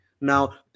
now